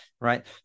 right